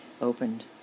opened